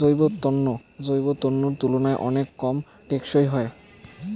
জৈব তন্তু যৌগ তন্তুর তুলনায় অনেক কম টেঁকসই হয়